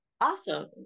Awesome